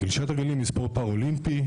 גלישת הגלים היא ספורט פארלימפי,